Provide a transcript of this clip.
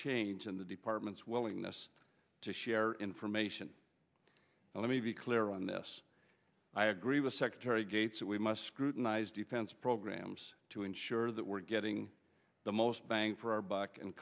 change in the department's willingness to share information and let me be clear on this i agree with secretary gates that we must scrutinize defense programs to ensure that we're getting the most bang for our buck and